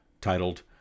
titled